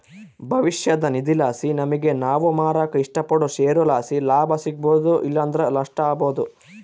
ಭವಿಷ್ಯದ ನಿಧಿಲಾಸಿ ನಮಿಗೆ ನಾವು ಮಾರಾಕ ಇಷ್ಟಪಡೋ ಷೇರುಲಾಸಿ ಲಾಭ ಸಿಗ್ಬೋದು ಇಲ್ಲಂದ್ರ ನಷ್ಟ ಆಬೋದು